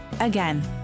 Again